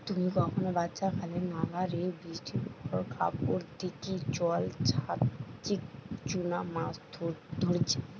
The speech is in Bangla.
তুমি কখনো বাচ্চাকালে নালা রে বৃষ্টির পর কাপড় দিকি জল ছাচিকি চুনা মাছ ধরিচ?